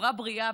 חברה בריאה,